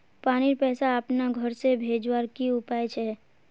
पानीर पैसा अपना घोर से भेजवार की उपाय छे?